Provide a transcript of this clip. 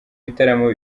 bitaramo